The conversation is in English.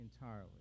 entirely